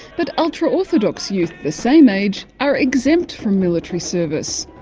but ultra-orthodox youth the same age are exempt from military service.